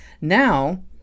Now